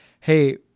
hey